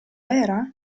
era